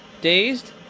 dazed